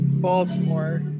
Baltimore